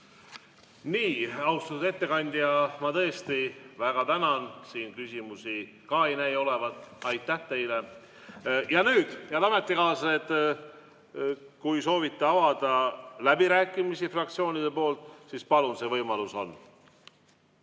Austatud ettekandja, ma tõesti väga tänan! Siin küsimusi ei näi olevat. Aitäh teile! Nüüd, head ametikaaslased, kui soovite avada läbirääkimisi fraktsioonide nimel, siis palun. See võimalus on.